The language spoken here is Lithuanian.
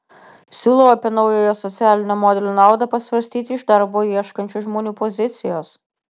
siūlau apie naujojo socialinio modelio naudą pasvarstyti iš darbo ieškančių žmonių pozicijos